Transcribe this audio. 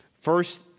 First